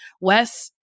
Wes